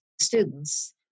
students